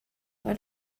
what